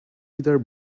either